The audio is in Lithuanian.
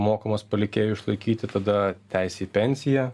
mokamas palikėjui išlaikyti tada teisė į pensiją